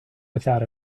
without